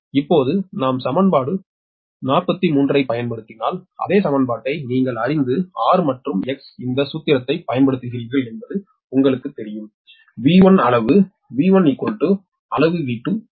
இப்போது நாம் சமன்பாடு 43 ஐப் பயன்படுத்தினால் அதே சமன்பாட்டை நீங்கள் அறிந்த R மற்றும் X இந்த சூத்திரத்தைப் பயன்படுத்துகிறீர்கள் என்பது உங்களுக்குத் தெரியும் |V1| அளவு |V1| அளவு |V2| இங்கே